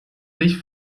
sich